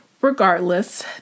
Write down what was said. regardless